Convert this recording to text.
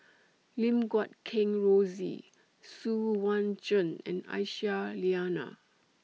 Lim Guat Kheng Rosie Xu Yuan Zhen and Aisyah Lyana